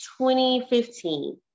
2015